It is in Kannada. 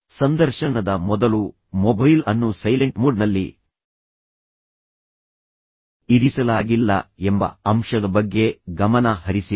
ಸಂದರ್ಶನದ ಮೊದಲು ಮೊಬೈಲ್ ಅನ್ನು ಸೈಲೆಂಟ್ ಮೋಡ್ನಲ್ಲಿ ಇರಿಸಲಾಗಿಲ್ಲ ಎಂಬ ಅಂಶದ ಬಗ್ಗೆ ಗಮನ ಹರಿಸಿಲ್ಲ